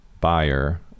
buyer